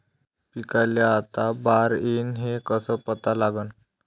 पिकाले आता बार येईन हे कसं पता लागन?